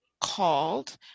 called